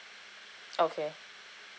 okay